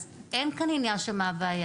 אז אין כאן עניין של 'מה הבעיה',